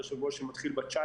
לשבוע שמתחיל ב-19.